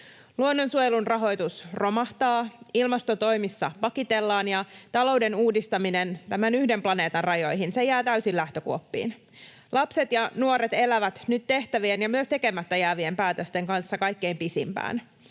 Luonnonsuojelun rahoitus romahtaa, ilmastotoimissa pakitellaan, ja talouden uudistaminen tämän yhden planeetan rajoihin jää täysin lähtökuoppiin. Lapset ja nuoret elävät nyt tehtävien ja myös tekemättä jäävien päätösten kanssa kaikkein pisimpään,